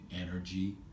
energy